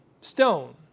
stone